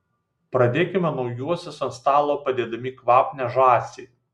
pradėkime naujuosius ant stalo padėdami kvapnią žąsį